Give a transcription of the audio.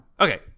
Okay